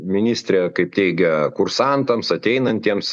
ministrė kaip teigia kursantams ateinantiems